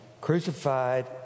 crucified